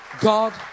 God